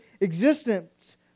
existence